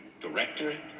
director